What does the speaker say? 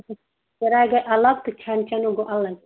اَچھا کِراے گٔے اَلگ تہٕ کھٮ۪ن چٮ۪نُک گوٚو اَلگ